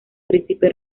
príncipe